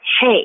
hey